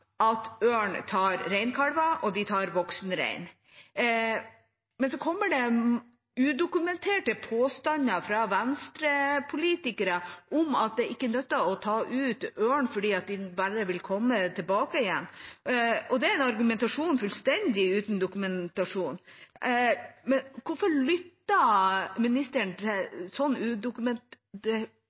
at ørn tar reinkalver, og de tar voksen rein. Men så kommer det udokumenterte påstander fra Venstre-politikere om at det ikke nytter å ta ut ørn fordi de bare vil komme tilbake igjen. Det er en argumentasjon fullstendig uten dokumentasjon. Hvorfor lytter ministeren til